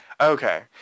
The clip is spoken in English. Okay